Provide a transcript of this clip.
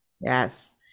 yes